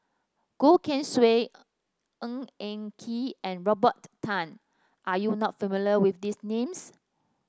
Goh Keng Swee Ng Eng Kee and Robert Tan are you not familiar with these names